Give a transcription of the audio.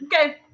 Okay